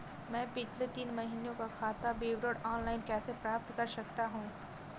मैं पिछले तीन महीनों का खाता विवरण ऑनलाइन कैसे प्राप्त कर सकता हूं?